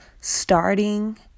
starting